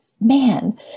man